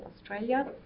Australia